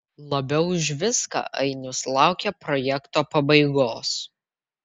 labiau už viską ainius laukia projekto pabaigos